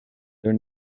their